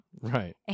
Right